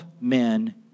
men